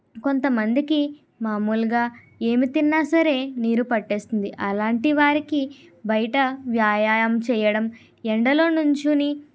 కొంతమందికి మామూలుగా ఏమి తిన్నా సరే నీరు పెట్టేస్తుంది అలాంటి వారికి బయట వ్యాయామం చేయడం ఎండలోనుంచొని